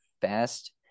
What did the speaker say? fast